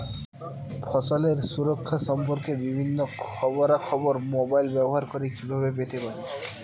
ফসলের সুরক্ষা সম্পর্কে বিভিন্ন খবরা খবর মোবাইল ব্যবহার করে কিভাবে পেতে পারি?